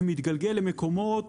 זה מתגלגל למקומות